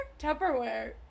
Tupperware